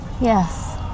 Yes